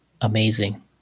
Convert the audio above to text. amazing